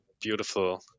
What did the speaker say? beautiful